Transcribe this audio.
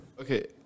okay